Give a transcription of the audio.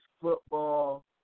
football